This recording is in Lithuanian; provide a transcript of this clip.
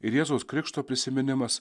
ir jėzaus krikšto prisiminimas